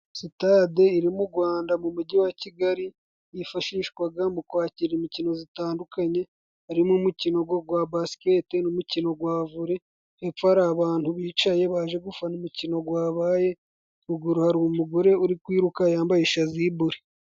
Sitade iri mu Gwanda mu mujyi wa kigali, yifashishwaga mu kwakira imikino zitandukanye, harimo umukino gwa basikete n'umukino gwa vole. Hepfo hari abantu bicaye baje gufana umukino gwabaye, ruguru hari umugore uri kwiruka yambaye shazibure.